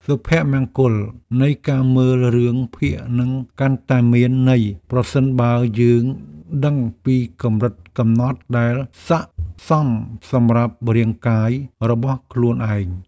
សុភមង្គលនៃការមើលរឿងភាគនឹងកាន់តែមានន័យប្រសិនបើយើងដឹងពីកម្រិតកំណត់ដែលស័ក្តិសមសម្រាប់រាងកាយរបស់ខ្លួនឯង។